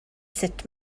sut